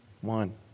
One